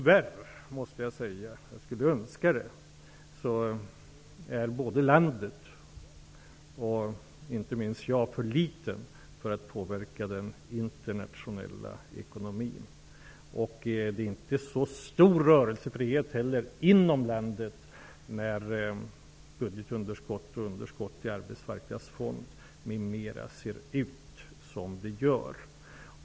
Jag måste dock tyvärr också säga att både vårt land och inte minst jag själv har för litet inflytande för att kunna påverka den internationella ekonomin, även om jag skulle önska att vi kunde det. Vi har inte heller någon särskilt stor rörelsefrihet i vårt land när budgetunderskottet, underskottet i Arbetsmarknadsfonden m.m. ser ut som de gör.